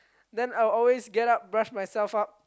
then I'll always get up brush myself up